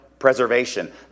Preservation